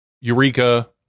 Eureka